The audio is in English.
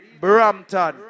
Brampton